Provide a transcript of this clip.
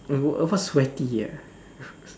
it was sweaty ah